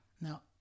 Now